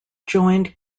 joined